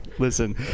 Listen